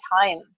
time